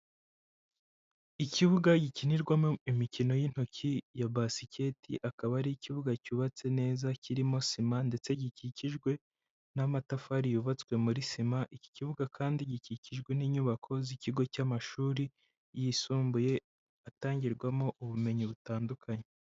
Ikibuga gikinirwamo imikino y'intoki ya Basket, akaba ari ikibuga cyubatse neza kirimo sima ndetse gikikijwe n'amatafari yubatswe muri sima, iki kibuga kandi gikikijwe n'inyubako z'ikigo cy'amashuri yisumbuye atangirwamo ubumenyi butandukanye.